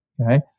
Okay